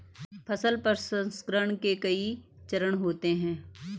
फसल प्रसंसकरण के कई चरण होते हैं